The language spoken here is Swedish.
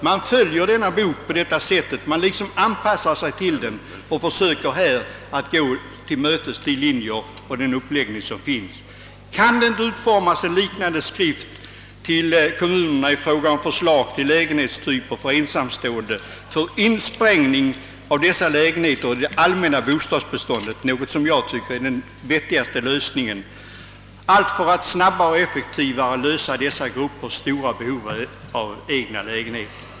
Man försöker på allt sätt anpassa sig till skriftens uppläggning. Kan det inte utformas en liknande skrift till kommunerna då det gäller förslag till lägenhetstyper för ensamstående, avsedda att insprängas i det allmänna bostadsbeståndet — enligt min mening den vettigaste lösningen — för att snabbare och effektivare tillgodose dessa gruppers stora behov av egna lägenheter?